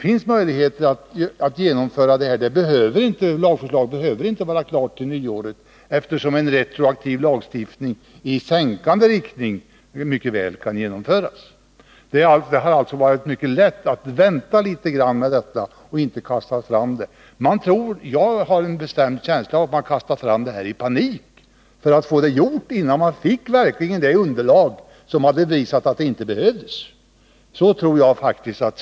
Vidare behöver lagförslaget inte vara klart till nyåret, eftersom en lagstiftning i sänkande riktning mycket väl kan genomföras retroaktivt. Det hade alltså varit mycket lätt att vänta litet grand med detta förslag i stället för att kasta fram det. Jag har en bestämd känsla av att man har kastat fram förslaget i panik för att få det gjort innan man fick det underlag som hade visat att de nu föreslagna åtgärderna inte alls hade behövts.